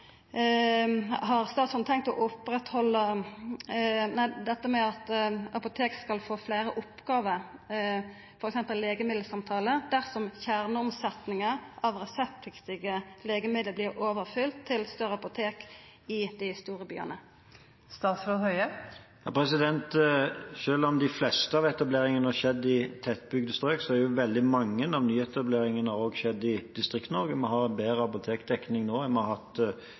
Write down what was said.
dersom kjerneomsetninga av reseptpliktige legemiddel vert overført til større apotek i dei store byane? Selv om de fleste av etableringene har skjedd i tettbygde strøk, har veldig mange av nyetableringene også skjedd i Distrikts-Norge. Vi har bedre apotekdekning nå enn vi noen gang har hatt.